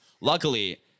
luckily